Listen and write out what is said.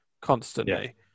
constantly